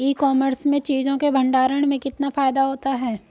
ई commerce में चीज़ों के भंडारण में कितना फायदा होता है?